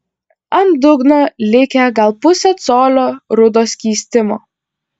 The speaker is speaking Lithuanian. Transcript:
ant dugno likę gal pusė colio rudo skystimo